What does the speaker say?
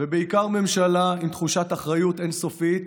ובעיקר ממשלה עם תחושת אחריות אין-סופית